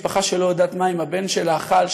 משפחה שלא יודעת מה עם הבן שלה: אכל,